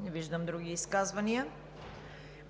Не виждам. Други изказвания? Не виждам.